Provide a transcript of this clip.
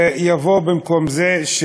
ויבוא במקום זה,